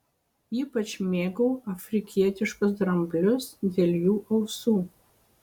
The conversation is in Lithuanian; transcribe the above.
ypač mėgau afrikietiškus dramblius dėl jų ausų